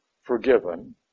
forgiven